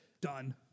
Done